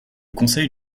conseil